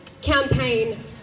campaign